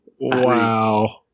wow